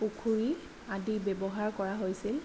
পুখুৰী আদি ব্যৱহাৰ কৰা হৈছে